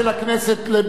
חבר הכנסת בן-ארי,